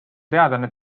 teadlane